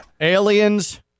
Aliens